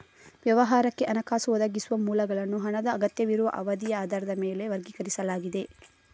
ವ್ಯವಹಾರಕ್ಕೆ ಹಣಕಾಸು ಒದಗಿಸುವ ಮೂಲಗಳನ್ನು ಹಣದ ಅಗತ್ಯವಿರುವ ಅವಧಿಯ ಆಧಾರದ ಮೇಲೆ ವರ್ಗೀಕರಿಸಲಾಗಿದೆ